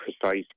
precise